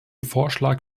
vorschlag